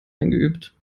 eingeübt